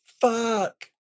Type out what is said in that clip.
Fuck